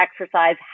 exercise